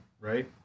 right